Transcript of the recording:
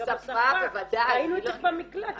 היינו אצלך במקלט.